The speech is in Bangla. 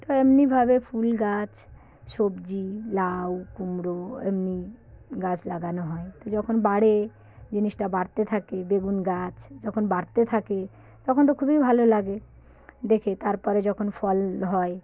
তো এমনিভাবে ফুল গাছ সবজি লাউ কুমড়ো এমনি গাছ লাগানো হয় তো যখন বাড়ে জিনিসটা বাড়তে থাকে বেগুন গাছ যখন বাড়তে থাকে তখন তো খুবই ভালো লাগে দেখে তার পরে যখন ফল হয়